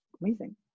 amazing